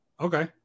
Okay